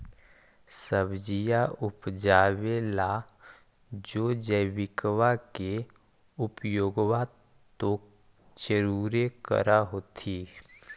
सब्जिया उपजाबे ला तो जैबिकबा के उपयोग्बा तो जरुरे कर होथिं?